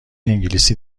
انگلیسی